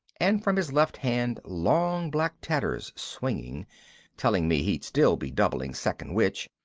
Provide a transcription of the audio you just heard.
and from his left hand long black tatters swinging telling me he'd still be doubling second witch.